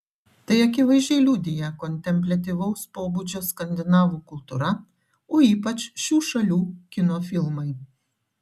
tai akivaizdžiai liudija kontempliatyvaus pobūdžio skandinavų kultūra o ypač šių šalių kino filmai